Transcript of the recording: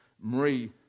Marie